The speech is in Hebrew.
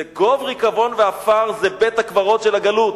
זה גוב ריקבון ועפר, זה בית-הקברות של הגלות.